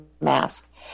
mask